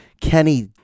Kenny